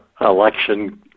election